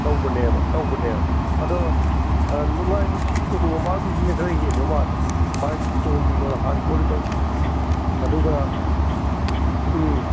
ꯇꯧꯕꯅꯦꯕ ꯇꯧꯕꯅꯦꯕ ꯑꯗꯣ ꯅꯨꯡꯉꯥꯏꯕꯁꯤ ꯀꯣꯅꯨꯡ ꯃꯃꯥꯡꯒꯤꯁꯤꯅ ꯈꯔ ꯍꯦꯟꯕ ꯃꯥꯜꯂꯤ ꯃꯥꯒꯤ ꯏꯁꯇꯣꯜ ꯅꯨꯡ ꯍꯥꯡ ꯈꯣꯠꯂꯤ ꯇꯧꯔꯤꯗꯣ ꯑꯗꯨꯒ ꯎꯝ